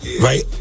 right